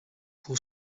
pour